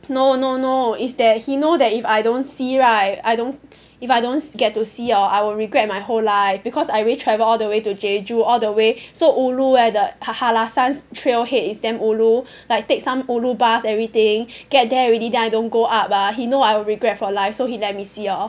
no no no it's that he know that if I don't see right I don't if I don't get to see orh I will regret my whole life because I already travel all the way to Jeju all the way so ulu eh the Hallasan trail head is damn ulu like take some ulu bus everything get there already then I don't go up ah he know I will regret for life so he let me see lor